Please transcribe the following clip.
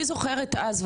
אני זוכרת אז,